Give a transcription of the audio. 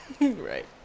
Right